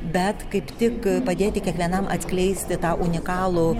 bet kaip tik padėti kiekvienam atskleisti tą unikalų